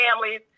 families